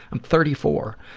i'm thirty four.